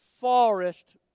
forest